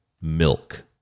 milk